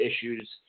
issues